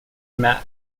matte